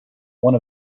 one